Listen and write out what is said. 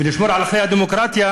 לשמור על ערכי הדמוקרטיה,